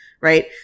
right